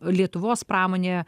lietuvos pramonė